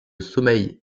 sommeil